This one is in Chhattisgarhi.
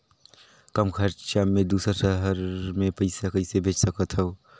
कम खरचा मे दुसर शहर मे पईसा कइसे भेज सकथव?